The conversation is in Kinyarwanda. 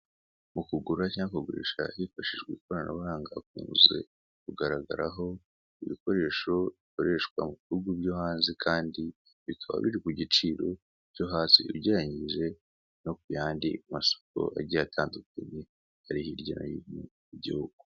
Mu kugura cyangwa kugurisha hifashishijwe ikoranabuhanga, hakunze kugaragaraho ibikoresho bikoreshwa mu bihugu byo hanze. Kandi bikaba biri ku giciro cyo hasi ugereranyije no ku yandi masoko agiye atandukanye ari hirya no hino mu gihugu.